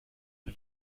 ein